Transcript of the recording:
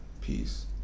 peace